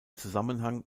zusammenhang